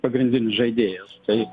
pagrindinis žaidėjas tai